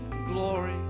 Glory